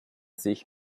sich